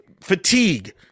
Fatigue